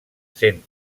sent